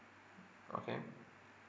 okay